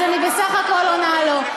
אז אני בסך הכול עונה לו.